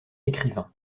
écrivain